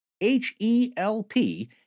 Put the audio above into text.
H-E-L-P